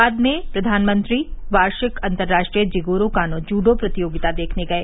बाद में प्रधानमंत्री वार्षिक अंतर्राष्ट्रीय जिगोरो कानो जूडो प्रतियोगिता देखने गए